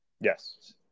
Yes